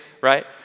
right